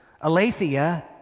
aletheia